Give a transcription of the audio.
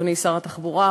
אדוני שר התחבורה,